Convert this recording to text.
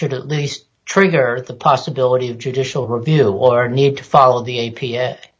should at least trigger the possibility of judicial review or need to follow the a